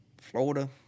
Florida